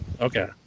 Okay